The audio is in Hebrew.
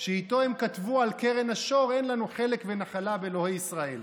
שאיתו הם כתבו על קרן השור: אין לנו חלק ונחלה באלוהי ישראל.